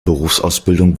berufsausbildung